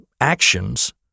actions